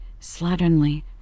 slatternly